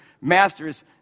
master's